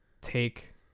take